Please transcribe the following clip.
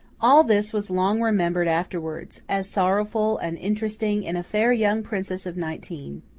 all this was long remembered afterwards, as sorrowful and interesting in a fair young princess of nineteen.